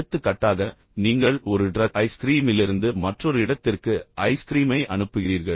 எடுத்துக்காட்டாக நீங்கள் ஒரு டிரக் ஐஸ்கிரீமிலிருந்து மற்றொரு இடத்திற்கு ஐஸ்கிரீமை அனுப்புகிறீர்கள்